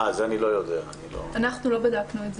אנחנו לא בדקנו את זה.